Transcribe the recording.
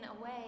away